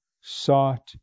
sought